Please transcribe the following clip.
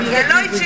זה לא אישית